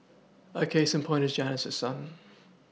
a case in point is Janice's son